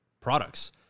products